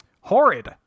Horrid